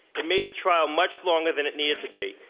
it made the trial much longer than it needed to be.